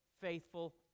faithful